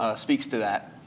ah speaks to that.